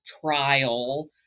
trial